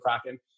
kraken